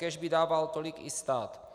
Kéž by dával tolik i stát.